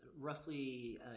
roughly